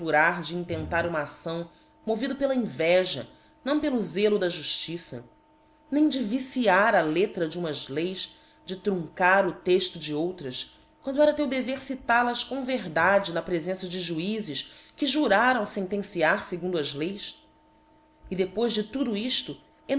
de intentar uma acção movido pela inveja não pelo zelo da jufti nem de viciar a lettra de umas leis de truncar o texto de outras quando era teu dever cital as com verdade na prefença de juizes que juraram fentenciar íegundo as leis e depois de tudo iílo